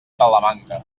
talamanca